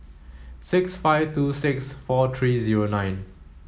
six five two six four three zero nine